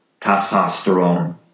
testosterone